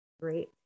Great